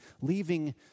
leaving